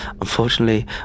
Unfortunately